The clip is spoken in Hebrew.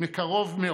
מקרוב מאוד.